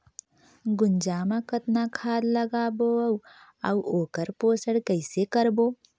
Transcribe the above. गुनजा मा कतना खाद लगाबो अउ आऊ ओकर पोषण कइसे करबो?